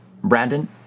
Brandon